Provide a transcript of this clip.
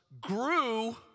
grew